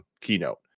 keynote